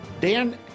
Dan